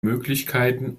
möglichkeiten